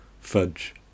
fudge